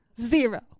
Zero